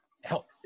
help